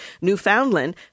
Newfoundland